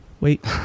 Wait